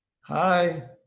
Hi